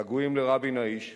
הגעגועים לרבין האיש,